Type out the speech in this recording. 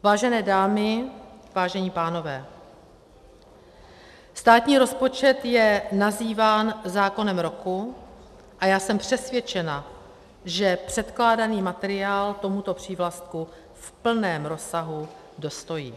Vážené dámy, vážení pánové, státní rozpočet je nazýván zákonem roku a já jsem přesvědčena, že předkládaný materiál tomuto přívlastku v plném rozsahu dostojí.